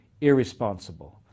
irresponsible